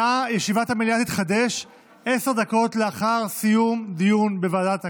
ישיבת המליאה תתחדש עשר דקות לאחר סיום הדיון בוועדת הכנסת.